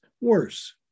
Worse